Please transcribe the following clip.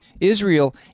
Israel